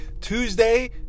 Tuesday